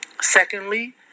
Secondly